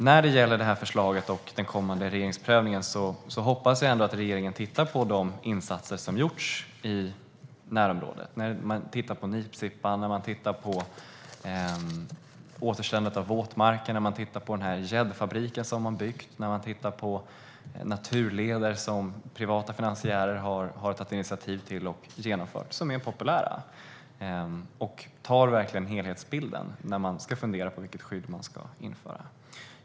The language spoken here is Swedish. När det gäller förslaget och den kommande regeringsprövningen hoppas jag att regeringen ändå tittar på de insatser som har gjorts i närområdet, till exempel för nipsippan, återställandet av våtmarker, gäddfabriken som har byggts, naturleder som privata finansiärer har tagit initiativ till och genomfört. Dessa leder är populära. Förhoppningsvis har man en helhetsbild när man funderar på vilket skydd som ska införas.